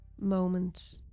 moment